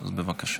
בבקשה.